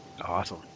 awesome